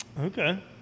okay